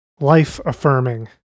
life-affirming